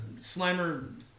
Slimer